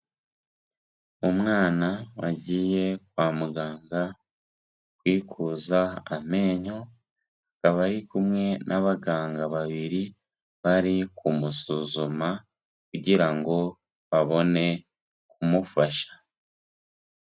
Umwana wagiye kwa muganga kwikuza amenyo, akaba ari kumwe n'abaganga babiri bari kumusuzuma kugira ngo babone kumufasha.